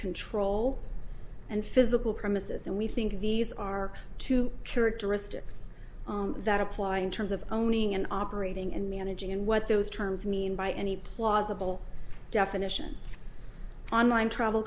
control and physical premises and we think these are two characteristics that apply in terms of owning and operating and managing and what those terms mean by any plausible definition online travel